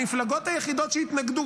המפלגות היחידות שהתנגדו,